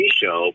show